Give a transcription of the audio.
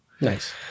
nice